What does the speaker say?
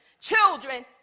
children